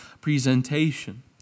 presentation